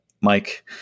mike